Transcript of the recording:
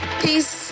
Peace